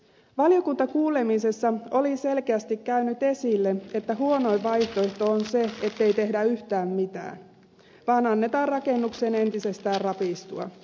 valiokuntakuulemisessa oli selkeästi käynyt esille että huonoin vaihtoehto on se ettei tehdä yhtään mitään vaan annetaan rakennuksen entisestään rapistua